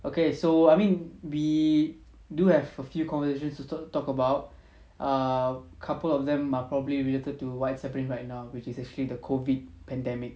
okay so I mean we do have a few conversations to talk talk err couple of them are probably related to what's happening right now which is actually the COVID pandemic